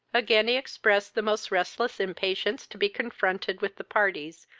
again he expressed the most restless impatience to be confronted with the parties,